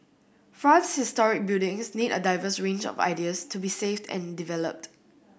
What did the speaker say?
France's historic buildings need a diverse range of ideas to be saved and developed